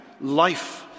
life